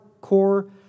core